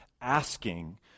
asking